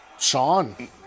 Sean